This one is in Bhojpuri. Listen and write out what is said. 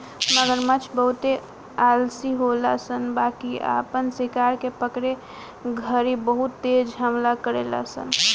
मगरमच्छ बहुते आलसी होले सन बाकिर आपन शिकार के पकड़े घड़ी बहुत तेज हमला करेले सन